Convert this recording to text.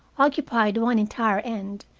occupied one entire end,